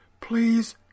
Please